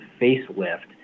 facelift